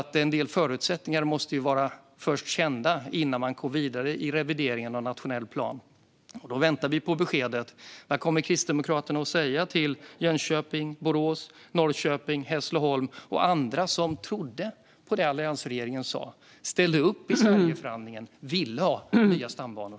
En del förutsättningar måste först vara kända innan man går vidare i revideringen av nationell plan. Vi väntar på besked. Vad kommer Kristdemokraterna att säga till Jönköping, Borås, Norrköping och Hässleholm och andra som trodde på vad alliansregeringen sa? De ställde upp i Sverigeförhandlingen och ville ha nya stambanor.